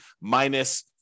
minus